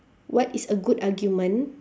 what is a good argument